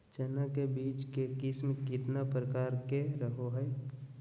चना के बीज के किस्म कितना प्रकार के रहो हय?